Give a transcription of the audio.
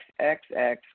XXX